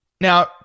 Now